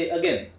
again